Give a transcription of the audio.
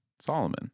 Solomon